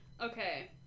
Okay